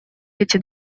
эти